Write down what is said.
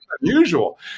unusual